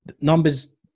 numbers